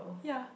yea